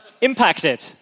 Impacted